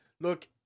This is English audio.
look